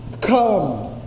come